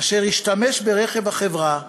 אשר השתמש ברכב החברה,